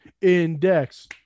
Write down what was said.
index